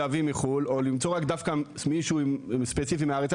להביא מחו"ל או למצוא דווקא מישהו ספציפי מהארץ,